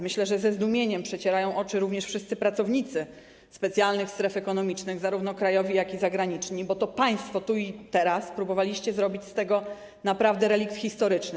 Myślę, że ze zdumieniem przecierają oczy również wszyscy pracownicy specjalnych stref ekonomicznych, zarówno krajowi, jak i zagraniczni, bo naprawdę państwo tu i teraz próbowaliście zrobić z tego relikt historyczny.